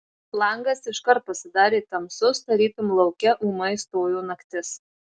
langas iškart pasidarė tamsus tarytum lauke ūmai stojo naktis